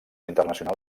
internacional